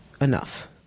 enough